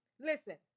listen